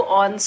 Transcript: on